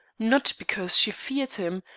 not because she feared him,